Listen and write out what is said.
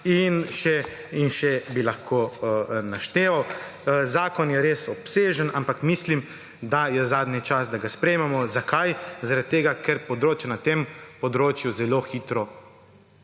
in še bi lahko našteval. Zakon je res obsežen, ampak mislim, da je zadnji čas, da ga sprejmemo. Zakaj? Zaradi tega, ker na tem področju gre zelo hitro